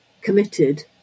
committed